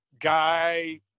guy